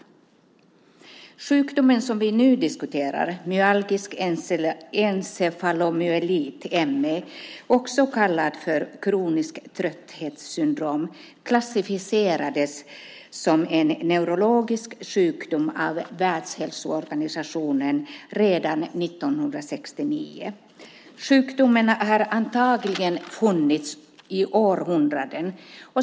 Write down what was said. Den sjukdom som vi nu diskuterar, myalgisk encefalomyelit, ME - också kallad kroniskt trötthetssyndrom - klassificerades som en neurologisk sjukdom av Världshälsoorganisationen redan 1969. Sjukdomen har antagligen funnits i århundraden.